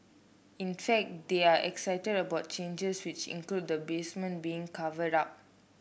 in fact they are excited about changes which include the basement being covered up